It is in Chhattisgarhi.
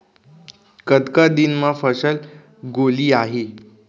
कतका दिन म फसल गोलियाही?